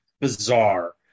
bizarre